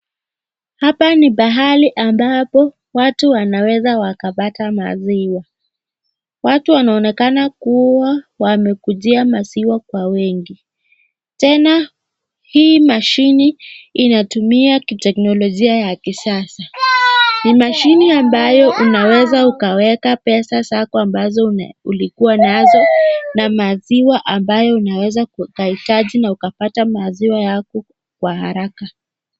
Hapa ni pahali ambapo watu wanaweza wakapata maziwa. Watu wanaonekana kuwa wamekujia maziwa kwa wengi, tena hii machine inatumia kiteknologia ya kisasa. Ni machine ambayo unaweza ukaweka pesa zako mbazo ulikuwa nazo na maziwa ambayo unaweza kuitaji na kupata maziwa yako kwa haraka.